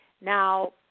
Now